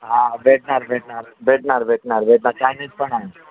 हां भेटणार भेटणार भेटणार भेटणार भेटणार चायनीज पण आहे